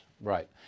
Right